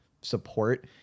support